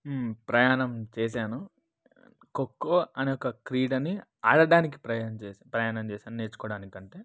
ప్రయాణం చేశాను కొకో అనే ఒక క్రీడని ఆడడానికి ప్రయాణం చే ప్రయాణం చేశాను నేర్చుకోడానికంటే